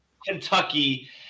Kentucky